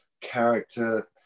character